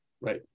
Right